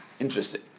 Interesting